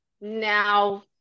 now